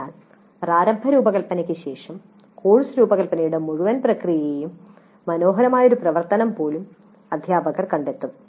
അതിനാൽ പ്രാരംഭ രൂപകൽപ്പനയ്ക്ക് ശേഷം കോഴ്സ് രൂപകൽപ്പനയുടെ മുഴുവൻ പ്രക്രിയയും മനോഹരമായ ഒരു പ്രവർത്തനം പോലും അധ്യാപകർ കണ്ടെത്തും